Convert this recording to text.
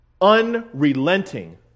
Unrelenting